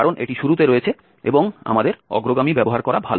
কারণ এটি শুরুতে রয়েছে এবং আমাদের অগ্রগামী ব্যবহার করা ভাল